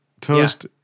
Toast